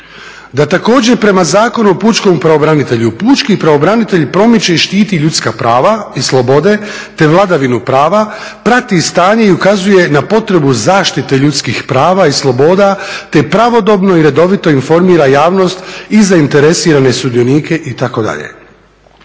Da također prema Zakonu o pučkom pravobranitelju pučki pravobranitelj promiče i štiti ljudska prava i slobode, te vladavinu prava, prati stanje i ukazuje na potrebu zaštite ljudskih prava i sloboda, te pravodobno i redovito informira javnost i za zainteresirane sudionike itd.